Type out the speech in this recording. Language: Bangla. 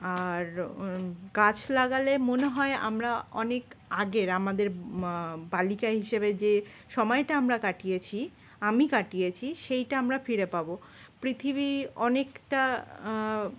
আর গাছ লাগালে মনে হয় আমরা অনেক আগের আমাদের বালিকা হিসেবে যে সময়টা আমরা কাটিয়েছি আমি কাটিয়েছি সেইটা আমরা ফিরে পাবো পৃথিবী অনেকটা